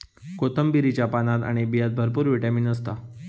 कोथिंबीरीच्या पानात आणि बियांत भरपूर विटामीन असता